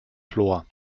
chlor